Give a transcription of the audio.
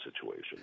situation